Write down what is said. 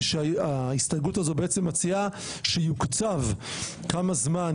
ההסתייגות הזאת מציעה שיוקצב כמה זמן